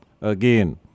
Again